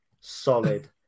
solid